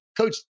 coach